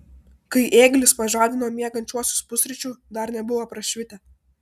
kai ėglis pažadino miegančiuosius pusryčių dar nebuvo prašvitę